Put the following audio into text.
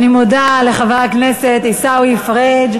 אני מודה לחבר הכנסת עיסאווי פריג'.